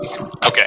Okay